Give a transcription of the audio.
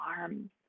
arms